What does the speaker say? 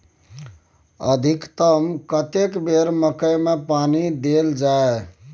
अधिकतम कतेक बेर मकई मे पानी देल जाय?